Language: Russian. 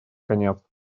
конец